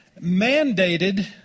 mandated